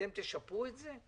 אתם תשפו את זה?